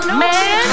man